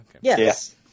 Yes